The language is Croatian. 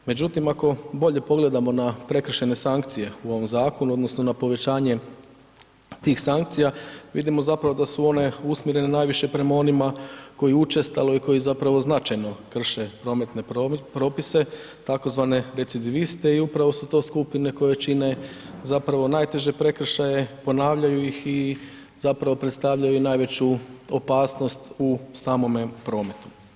Međutim, ako bolje pogledamo na prekršajne sankcije u ovom zakonu odnosno na povećanje tih sankcija, vidimo zapravo da su one usmjerene najviše prema onima koji učestalo i koji zapravo značajno krše prometne propise tzv. recidiviste i upravo su to skupine koje čine zapravo najteže prekršaje, ponavljaju ih i zapravo predstavljaju i najveću opasnost u samome prometu.